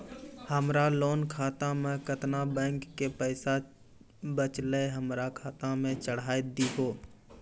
हमरा लोन खाता मे केतना बैंक के पैसा बचलै हमरा खाता मे चढ़ाय दिहो?